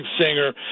singer